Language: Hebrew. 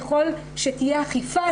ככל שתהיה אכיפה,